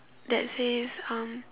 that says um